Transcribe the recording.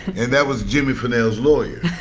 and that was jimmy finnell's lawyer.